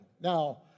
Now